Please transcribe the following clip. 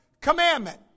commandment